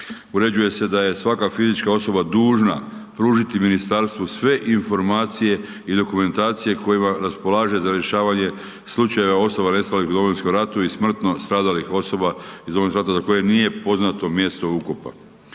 uređuje se da je svaka fizička osoba dužna pružiti ministarstvu sve informacije i dokumentacije kojima raspolaže za rješavanje slučajeva osoba nestalih u Domovinskom ratu i smrtno stradalih osoba iz Domovinskog rata za koje nije poznato mjesto ukopa.